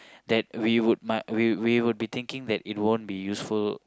that we would might we we would be thinking that it won't be useful